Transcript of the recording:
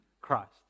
Christ